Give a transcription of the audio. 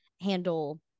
handle